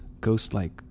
ghost-like